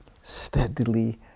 steadily